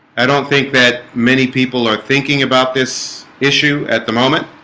i don't think that many people are thinking about this issue at the moment